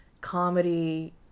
comedy